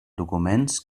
documents